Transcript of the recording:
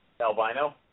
albino